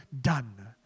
done